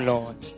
Lord